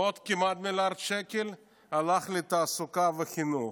ועוד כמעט מיליארד שקלים הלכו לתעסוקה וחינוך.